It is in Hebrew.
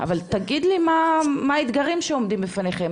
אבל תגיד לי מה האתגרים שעומדים בפניכם,